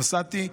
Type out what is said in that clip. נסעתי.